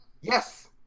Yes